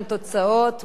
24,